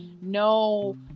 no